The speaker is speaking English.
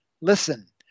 listen